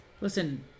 Listen